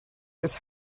was